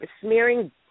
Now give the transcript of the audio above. Smearing